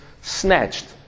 snatched